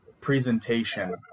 presentation